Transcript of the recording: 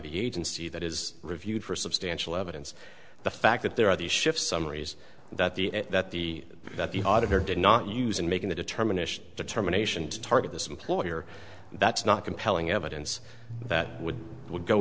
the agency that is reviewed for substantial evidence the fact that there are these shifts summaries that the that the that the auditor did not use in making the determination determination to target this employer that's not compelling evidence that would would go